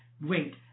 wait